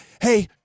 Hey